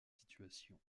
situation